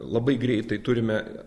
labai greitai turime